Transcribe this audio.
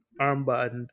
armband